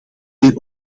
weer